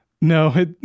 no